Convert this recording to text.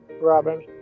Robin